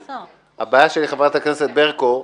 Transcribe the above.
חברת הכנסת ברקו,